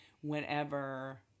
whenever